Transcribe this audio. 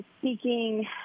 Speaking